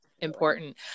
important